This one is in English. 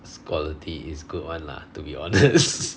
it's quality is good [one] lah to be honest